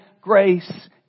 grace